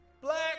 Black